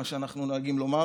מה שאנחנו נוהגים לומר,